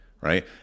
right